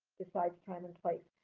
besides time and place,